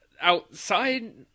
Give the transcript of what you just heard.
outside